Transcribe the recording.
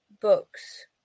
books